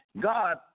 God